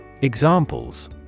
Examples